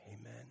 amen